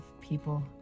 people